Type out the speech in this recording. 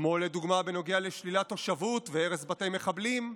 כמו לדוגמה בנוגע לשלילת תושבות והרס בתי מחבלים,